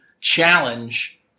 challenge